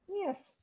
Yes